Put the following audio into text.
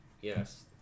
yes